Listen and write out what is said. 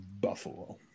Buffalo